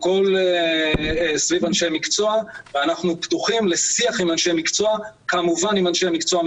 הכול סביב אנשי מקצוע ואנחנו פתוחים לשיח עם אנשי מקצוע,